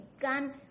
gun